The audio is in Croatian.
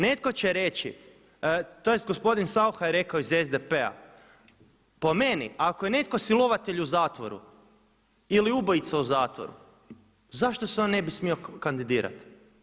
Netko će reći, tj. gospodin Saucha je rekao iz SDP-a po meni ako je netko silovatelj u zatvoru, ili ubojica u zatvoru zašto se on ne bi smio kandidirati?